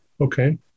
Okay